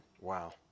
Wow